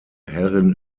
herrin